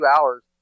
hours